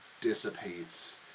dissipates